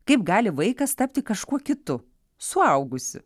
kaip gali vaikas tapti kažkuo kitu suaugusiu